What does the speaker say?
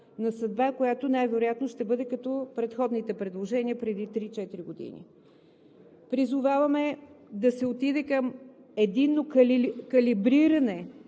на съдба, която най-вероятно ще бъде като на предходните предложения отпреди три- четири години. Призоваваме да се отиде към единно калибриране,